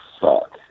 fuck